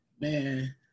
Man